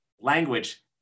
language